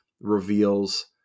reveals